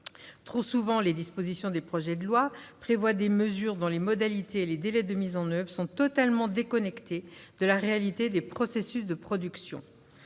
Trop souvent, les projets de loi prévoient des mesures dont les modalités et les délais de mise en oeuvre sont totalement déconnectés de la réalité des processus de production.